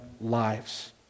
lives